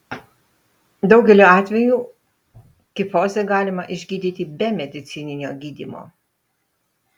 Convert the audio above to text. daugeliu atvejų kifozę galima išgydyti be medicininio gydymo